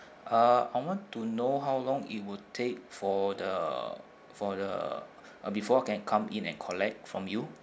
uh I want to know how long it will take for the for the uh before I can come in and collect from you